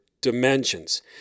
dimensions